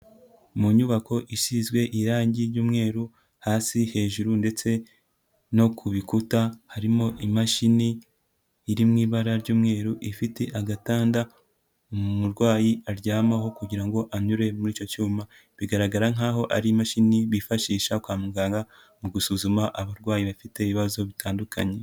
Mu nyubako isizwe irangi ry'umweru hasi hejuru ndetse no ku bikuta, harimo imashini iri mu ibara ry'umweru, ifite agatanda umurwayi aryamaho kugira ngo anyure muri icyo cyuma, bigaragara nk'aho ari imashini bifashisha kwa muganga mu gusuzuma abarwayi bafite ibibazo bitandukanye.